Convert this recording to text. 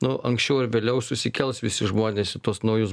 nu anksčiau ar vėliau susikels visi žmonės į tuos naujus